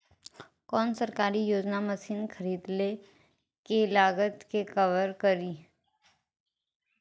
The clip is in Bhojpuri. कौन सरकारी योजना मशीन खरीदले के लागत के कवर करीं?